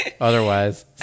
otherwise